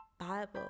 bible